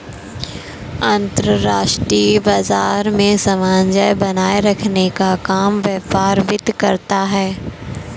अंतर्राष्ट्रीय बाजार में सामंजस्य बनाये रखने का काम व्यापार वित्त करता है